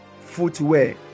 footwear